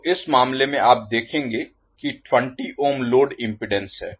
तो इस मामले में आप देखेंगे कि 20 ओम लोड इम्पीडेन्स है